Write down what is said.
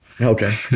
Okay